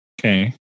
Okay